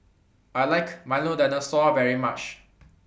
I like Milo Dinosaur very much